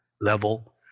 level